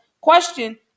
question